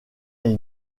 est